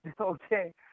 okay